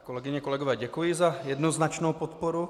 Kolegyně, kolegové, děkuji za jednoznačnou podporu.